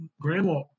grandma